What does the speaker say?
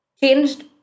changed